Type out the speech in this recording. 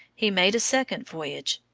he made a second voyage,